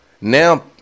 now